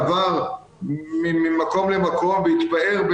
עבר ממקום למקום והתפאר.